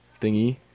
thingy